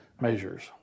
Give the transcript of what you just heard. measures